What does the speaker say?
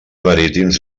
marítims